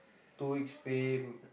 two weeks pay